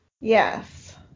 Yes